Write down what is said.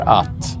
att